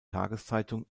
tageszeitung